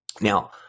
Now